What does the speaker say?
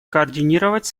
координировать